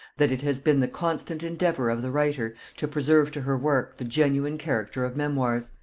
that it has been the constant endeavour of the writer to preserve to her work the genuine character of memoirs,